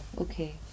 okay